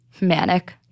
Manic